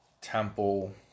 temple